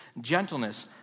gentleness